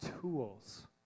tools